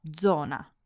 zona